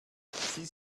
sie